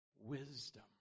wisdom